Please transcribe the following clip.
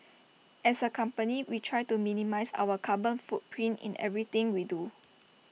as A company we try to minimise our carbon footprint in everything we do